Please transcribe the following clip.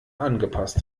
angepasst